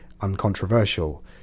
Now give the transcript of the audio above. uncontroversial